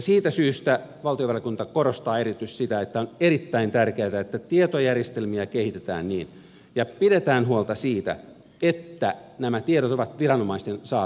siitä syystä valtiovarainvaliokunta korostaa erityisesti sitä että on erittäin tärkeätä että tietojärjestelmiä kehitetään ja pidetään huolta siitä että nämä tiedot ovat viranomaisten saatavissa